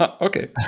okay